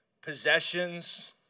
possessions